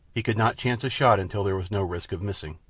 he could not chance a shot until there was no risk of missing.